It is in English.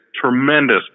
tremendous